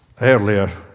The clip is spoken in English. Earlier